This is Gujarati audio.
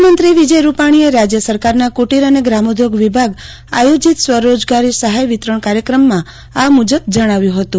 મુખ્યમંત્રી વિજય રૂપાલીએ રાજ્ય સરકારના કુટીર અને ત્રામોઘોગ વિભાગ આયોજીત સ્વરોજગારી સહાય વિતરજ઼ા કાર્યક્રમમાં આ મુજબ જજ્ઞાવ્યું હતું